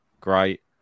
great